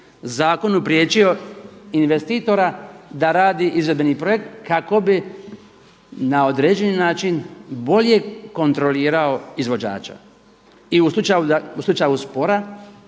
zakonu priječio investitora da radi izvedbeni projekt kako bi na određeni način bolje kontrolirao izvođača. I u slučaju spora